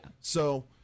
So-